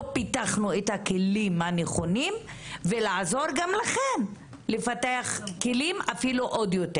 פיתחנו כלים נכונים ולעזור גם לכם לפתח כלים ואפילו יותר.